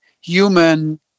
human